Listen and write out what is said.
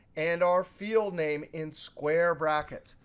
and our field name in square brackets.